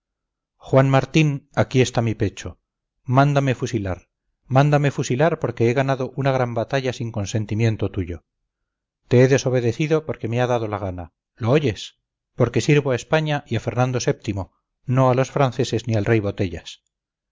juan martín aquí está mi pecho mándame fusilar mándame fusilar porque he ganado una gran batalla sin consentimiento tuyo te he desobedecido porque me ha dado la gana lo oyes porque sirvo a españa y a fernando vii no a los franceses ni al rey botellas